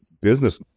business